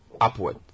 Upward